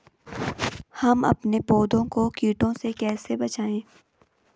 हम अपने पौधों को कीटों से कैसे बचाएं?